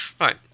Right